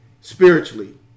spiritually